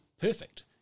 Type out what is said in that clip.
perfect